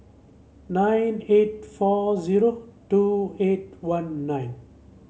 nine eight four zero two eight one nine